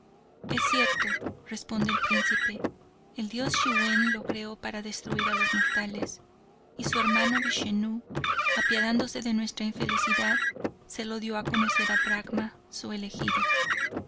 muerte es cierto responde el príncipe el dios schiwen lo creo para destruir a los mortales y su hermano vichenú apiadándose de nuestra infelicidad se lo dio a conocer a bracma su elegido